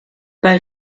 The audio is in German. bei